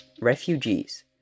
Refugees